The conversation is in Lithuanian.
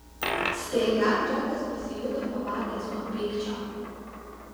staiga džekas pasijuto pavargęs nuo pykčio